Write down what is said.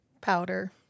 Powder